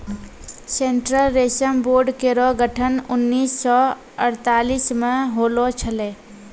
central रेशम board केरो गठन उन्नीस सौ अड़तालीस म होलो छलै